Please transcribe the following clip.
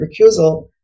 recusal